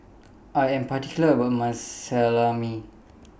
I Am particular about My Salami